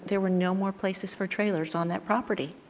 but there were no more places for trailers on that property.